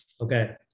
Okay